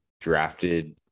drafted